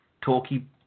talky